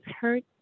hurt